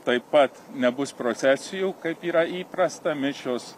taip pat nebus procesijų yra įprasta mišios